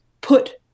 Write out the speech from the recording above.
put